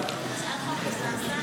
מזעזעת, מזעזעת.